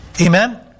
Amen